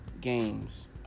games